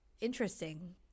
interesting